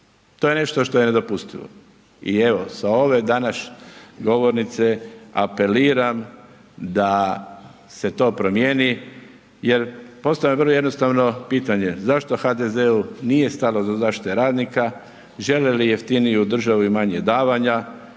To je nešto što je nedopustivo. I evo, sa ove danas govornice apeliram da se to promjeni jer postoji vrlo jednostavno pitanje. Zašto HDZ-u nije stalo do zaštite radnika, žele li jeftiniju državu i manje davanja?